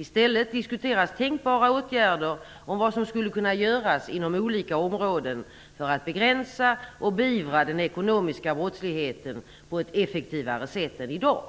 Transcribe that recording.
I stället diskuteras tänkbara åtgärder som skulle kunna vidtas inom olika områden för att begränsa och beivra den ekonomiska brottsligheten på ett effektivare sätt än i dag.